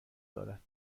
دارد